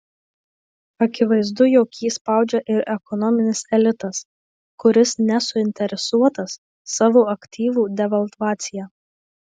akivaizdu jog jį spaudžia ir ekonominis elitas kuris nesuinteresuotas savo aktyvų devalvacija